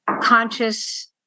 conscious